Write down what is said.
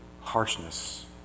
harshness